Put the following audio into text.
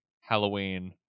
halloween